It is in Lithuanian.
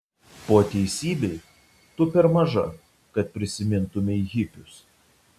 po teisybei tu per maža kad prisimintumei hipius